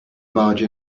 barge